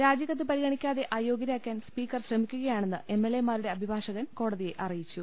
രാജിക്കത്ത് പരിഗണിക്കാതെ അയോഗ്യരാക്കാൻ സ്പീക്കർ ശ്രമിക്കുകയാണെന്ന് എം എൽഎമാരുടെ അഭിഭാഷകൻ കോട തിയെ അറിയിച്ചു